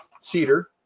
cedar